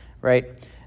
right